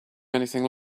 anything